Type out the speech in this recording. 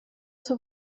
suo